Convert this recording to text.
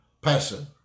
person